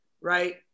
right